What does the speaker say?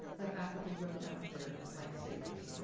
the faculty whipped out their light sabers.